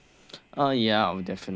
uh ya definitely